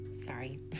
sorry